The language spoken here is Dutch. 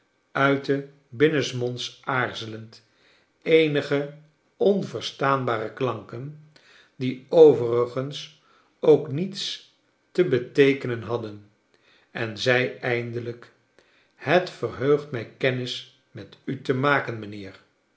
merdle uitte binnensmonds aarzelend eenige onverstaanbare klanken die overigens ook ioiets te beteekenen hadden en zei eindelijk het verheugt mij kermis met u te maken mijnheer